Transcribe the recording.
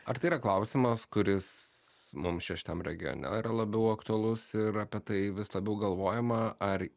ar tai yra klausimas kuris mums čia šitam regione yra labiau aktualus ir apie tai vis labiau galvojama ar